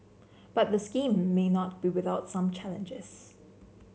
but the scheme may not be without some challenges